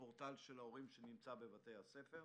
פורטל ההורים שנמצא בבתי הספר,